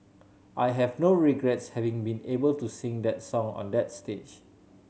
I have no regrets having been able to sing that song on that stage